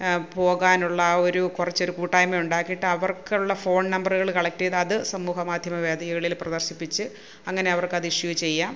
പോകാനുള്ള ഒരു കുറച്ച് ഒരു കൂട്ടായ്മ ഉണ്ടാക്കിയിട്ട് അവർക്കുള്ള ഫോൺ നമ്പറുകള് കളക്ട് ചെയ്ത് അത് സമൂഹമാധ്യമ വേദികളില് പ്രദർശിപ്പിച്ച് അങ്ങനെ അവർക്ക് അത് ഇഷ്യൂ ചെയ്യാം